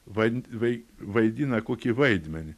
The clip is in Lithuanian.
van vei vaidina kokį vaidmenį